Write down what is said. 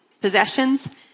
possessions